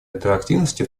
интерактивности